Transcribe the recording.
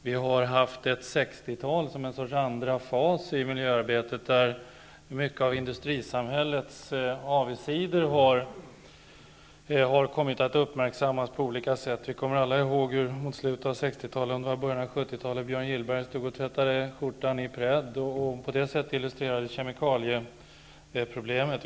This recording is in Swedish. Vi har haft ett 60 tal som en sorts andra fas i miljöarbetet, där mycket av industrisamhällets avigsidor kommit att uppmärksammas på olika sätt. Vi kommer alla ihåg hur Björn Gillberg tvättade skjortan i Prädd i slutet av 60-talet för att på det sättet illustrera kemikalieproblemet.